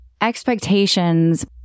expectations